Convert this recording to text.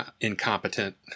incompetent